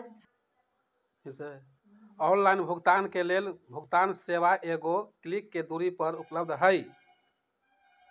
online भुगतान के लेल भुगतान सेवा एगो क्लिक के दूरी पर उपलब्ध हइ